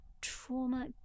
trauma